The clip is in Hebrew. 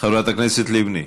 חברת הכנסת לבני?